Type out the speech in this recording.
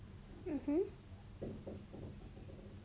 mmhmm